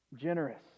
generous